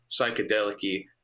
psychedelic-y